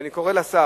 ואני קורא לשר